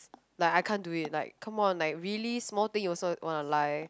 like I can't do it like come on like really small thing you also want to lie